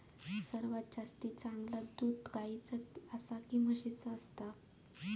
सर्वात जास्ती चांगला दूध गाईचा की म्हशीचा असता?